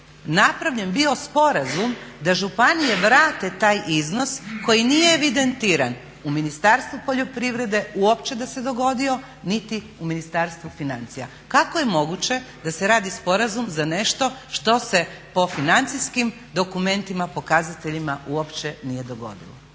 napravljen bio sporazum da županije vrate taj iznos koji nije evidentiran u Ministarstvu poljoprivrede uopće da se dogodio, niti u Ministarstvu financija. Kako je moguće da se radi sporazum za nešto što se po financijskim dokumentima, pokazateljima uopće nije dogodilo?